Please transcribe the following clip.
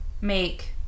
make